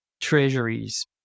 treasuries